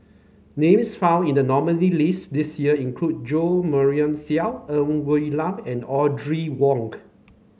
names found in the nominee list this year include Jo Marion Seow Ng Woon Lam and Audrey Wonk